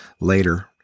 later